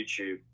YouTube